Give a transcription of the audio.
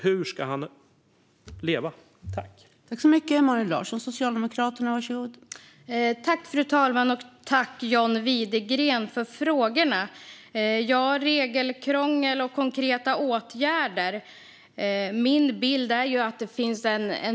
Hur ska han leva?